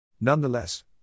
Nonetheless